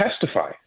testify